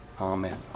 Amen